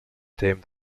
tame